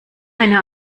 eine